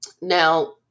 now